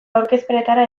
aurkezpenetara